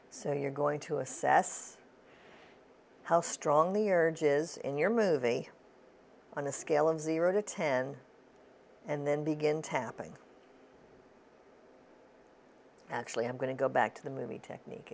you're going to assess how strong the urge is in your movie on a scale of zero to ten and then begin tapping actually i'm going to go back to the movie technique